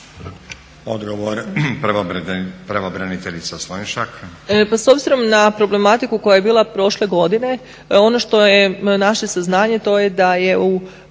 Odgovor pravobraniteljica Slonjšak.